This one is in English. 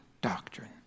doctrine